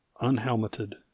unhelmeted